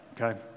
Okay